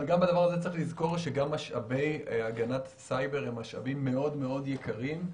אבל גם בדבר הזה צריך לזכור שגם משאבי הגנת סייבר הם משאבים יקרים מאוד,